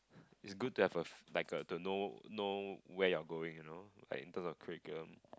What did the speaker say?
it's good to have a f~ like a to know know where you're going you know like into the curriculum